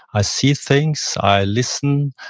i see things, i listen,